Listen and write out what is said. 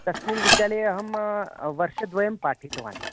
तस्मिन् विद्यालये अहं वर्षद्वयं पाठितवान्